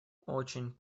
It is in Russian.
очень